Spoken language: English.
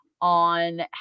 on